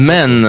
Men